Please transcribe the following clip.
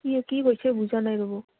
কি কি কৈছে বুজা নাই ৰ'ব